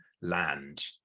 land